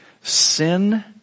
Sin